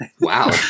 wow